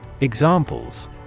Examples